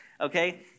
okay